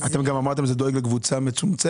אתם גם אמרתם זה דואג לקבוצה מצומצמת.